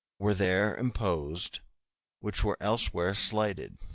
were there imposed which were elsewhere slighted.